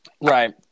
Right